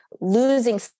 losing